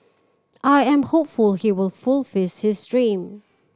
I am hopeful he will fulfils his dream